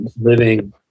living